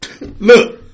Look